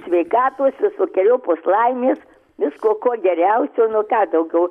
sveikatos visokeriopos laimės visko ko geriausio nu ką daugiau